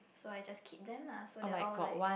so I just keep them lah so they are all like